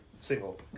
single